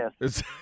yes